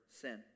Sin